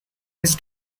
his